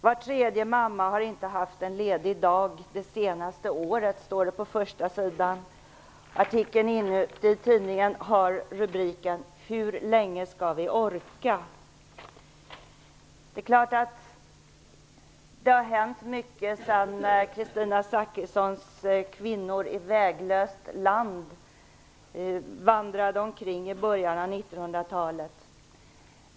Var tredje mamma har inte haft en ledig dag under det senaste året, står det på första sidan. Artikeln inne i tidningen har rubriken: Hur länge skall vi orka? Det har hänt mycket sedan Kristina Zakrissons kvinnor i väglöst land vandrade omkring i början av 1900-talet.